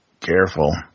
Careful